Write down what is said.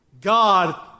God